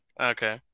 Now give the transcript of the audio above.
Okay